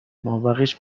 مابقیش